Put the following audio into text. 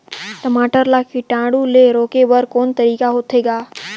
टमाटर ला कीटाणु ले रोके बर को तरीका होथे ग?